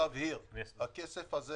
הכסף הזה